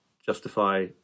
justify